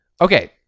Okay